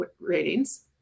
ratings